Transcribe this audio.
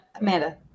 Amanda